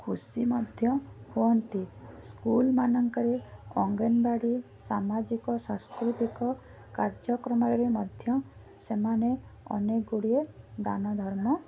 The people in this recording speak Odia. ଖୁସି ମଧ୍ୟ ହୁଅନ୍ତି ସ୍କୁଲ୍ମାନଙ୍କରେ ଅଙ୍ଗନବାଡ଼ି ସାମାଜିକ ସାଂସ୍କୃତିକ କାର୍ଜ୍ୟକ୍ରମରେ ମଧ୍ୟ ସେମାନେ ଅନେକଗୁଡ଼ିଏ ଦାନ ଧର୍ମ